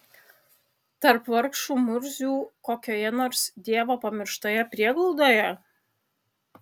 tarp vargšų murzių kokioje nors dievo pamirštoje prieglaudoje